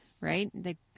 right